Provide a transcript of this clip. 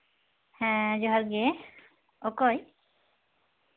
ᱦᱮᱸ ᱡᱚᱦᱟᱨᱜᱮ ᱚᱠᱚᱭ